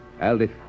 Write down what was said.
Aldith